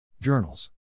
Journals